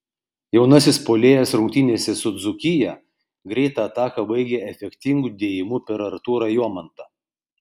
jaunasis puolėjas rungtynėse su dzūkija greitą ataką baigė efektingu dėjimu per artūrą jomantą